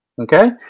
Okay